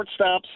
shortstops